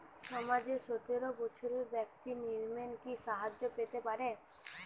সমাজের সতেরো বৎসরের ব্যাক্তির নিম্নে কি সাহায্য পেতে পারে?